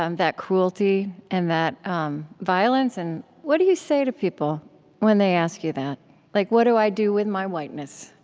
um that cruelty and that um violence. and what do you say to people when they ask you that like what do i do with my whiteness,